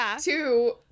two